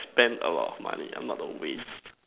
spend a lot of money I'm not the waste